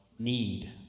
need